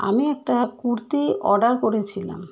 আমি একটা কুর্তি অর্ডার করেছিলাম